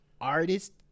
artist